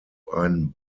ein